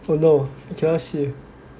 cannot see